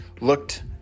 looked